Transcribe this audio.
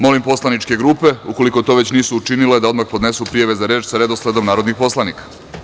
Molim poslaničke grupe, ukoliko to već nisu učinile, da odmah podnesu prijave za reč sa redosledom narodnih poslanika.